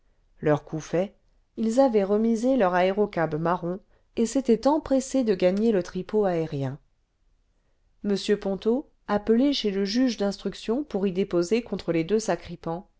leur coup fait ils avaient remisé leur aérocab marron et s'étaient empressés de gagner le tripot aérien sécurité rublique la gendarmerie atmospherique le vingtième siècle m ponto appelé'chez le juge d'instruction pour y déposer contre les deux sacripants